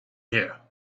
here